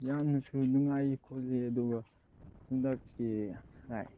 ꯌꯥꯝꯅꯁꯨ ꯅꯨꯡꯉꯥꯏ ꯈꯣꯠꯂꯤ ꯑꯗꯨꯒ ꯍꯟꯗꯛꯀꯤ ꯂꯥꯏꯛ